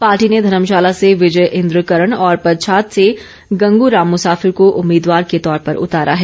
party ने धर्मशाला से विजय इंद्र करण और पच्छाद से गंगू राम मुसाफिर को उम्मीदवार के तौर पर उतारा है